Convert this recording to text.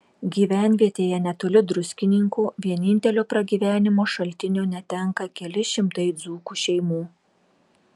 gyvenvietėje netoli druskininkų vienintelio pragyvenimo šaltinio netenka keli šimtai dzūkų šeimų